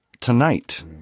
tonight